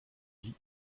dit